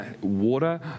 water